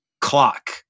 clock